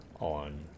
on